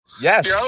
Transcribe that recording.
Yes